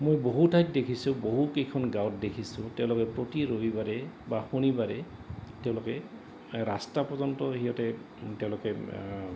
মই বহু ঠাইত দেখিছোঁ বহুকেইখন গাঁৱত দেখিছোঁ তেওঁলোকে প্ৰতি ৰবিবাৰে বা শনিবাৰে তেওঁলোকে ৰাস্তা পৰ্যন্ত সিহঁতে তেওঁলোকে